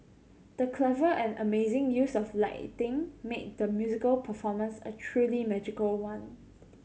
the clever and amazing use of lighting made the musical performance a truly magical one